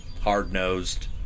Hard-nosed